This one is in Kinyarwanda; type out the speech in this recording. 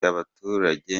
abaturage